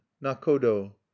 nakodo